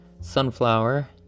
sunflower